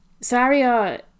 saria